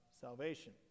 salvation